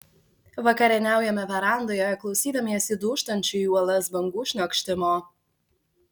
vakarieniaujame verandoje klausydamiesi dūžtančių į uolas bangų šniokštimo